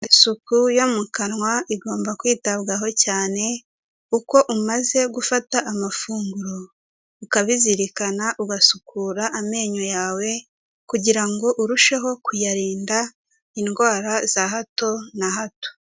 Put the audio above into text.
Isuku yo mu kanwa igomba kwitabwaho cyane, uko umaze gufata amafunguro ukabizirikana ugasukura amenyo yawe kugira ngo urusheho kuyarinda indwara za hato na hato.